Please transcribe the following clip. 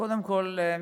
קודם כול,